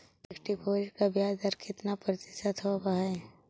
Fix deposit का ब्याज दर कितना प्रतिशत होब है?